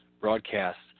broadcasts